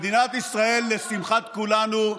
מדינת ישראל, לשמחת כולנו,